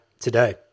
today